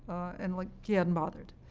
and like he hadn't bothered.